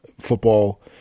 Football